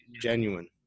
genuine